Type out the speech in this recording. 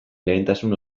lehentasun